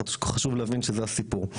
חשוב להבין שזה הסיפור.